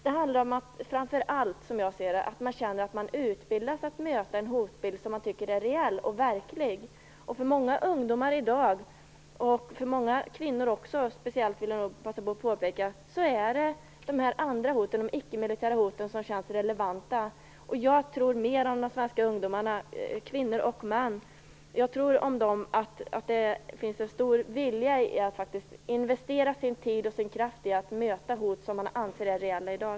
Det handlar som jag ser det framför allt om att man känner att man utbildas för att möta en hotbild som man tycker är verklig. För många ungdomar i dag, även för många kvinnor - det vill jag speciellt påpeka - är det de ickemilitära hoten som känns relevanta. Jag tror att det hos de svenska ungdomarna, kvinnor och män, faktiskt finns en stor vilja att investera sin tid och sin kraft på att möta hot som man anser är reella i dag.